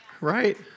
Right